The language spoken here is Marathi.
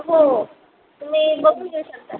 हो मी बघून घेईल नंतर